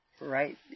right